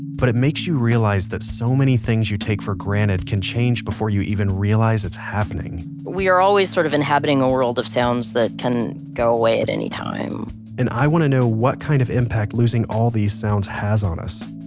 but it makes you realize that so many things you take for granted can change before you realize it's happening we are always sort of inhabiting a world of sounds that can go away at any time and i want to know what kind of impact losing all these sounds has on us.